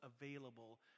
available